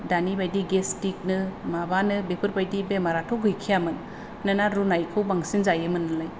दानिबादि gastric नो माबानो बेफोरबादि बेमाराथ' गैखायामोन मानोना रुनायखौ बांसिन जायोमोन नालाय